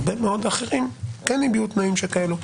הרבה מאוד אחרים כן הביעו תנאים כאלה.